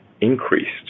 increased